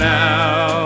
now